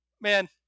man